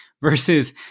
versus